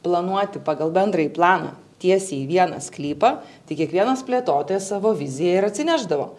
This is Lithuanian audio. planuoti pagal bendrąjį planą tiesiai į vieną sklypą tai kiekvienas plėtotojas savo viziją ir atsinešdavo